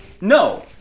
No